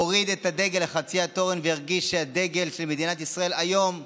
הוריד את הדגל לחצי התורן והרגיש שהדגל של מדינת ישראל היום מבויש,